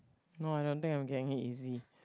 no I don't think I'm getting it easy